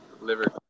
liver